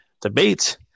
debate